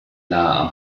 nahe